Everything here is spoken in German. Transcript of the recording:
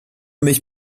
mich